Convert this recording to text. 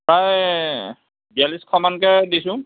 প্ৰায় বিয়ালিছশমানকৈ দিছোঁ